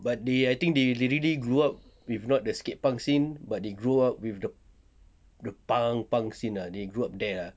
but they I think they really grow up with not the skate punk scene but they grow up with the the punk punk scene ah they grow up there